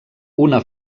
una